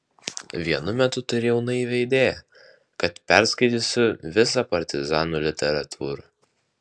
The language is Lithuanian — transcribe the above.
vienu metu turėjau naivią idėją kad perskaitysiu visą partizanų literatūrą